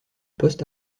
post